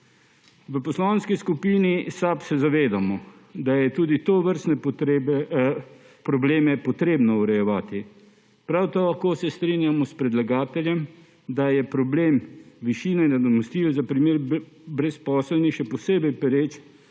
V Poslanski skupini SAB se zavedamo, da je tudi tovrstne probleme potrebno urejevati. Prav tako se strinjamo s predlagateljem, da je problem višine nadomestil za primer brezposelnosti še posebej pereč